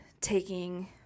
taking